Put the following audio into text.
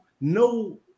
no